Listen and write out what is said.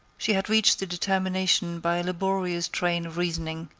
she had reached the determination by a laborious train of reasoning,